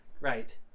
right